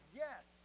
yes